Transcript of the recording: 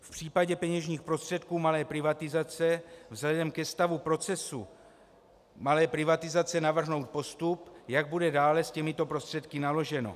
V případě peněžních prostředků malé privatizace vzhledem ke stavu procesu malé privatizace navrhnout postup, jak bude dále s těmito prostředky naloženo.